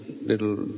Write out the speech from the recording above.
little